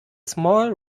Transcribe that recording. small